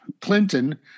Clinton